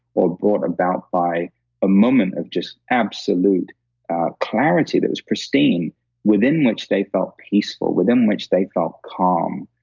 or brought about by a moment of just absolute clarity that was pristine within which they felt peaceful, within which they felt calm,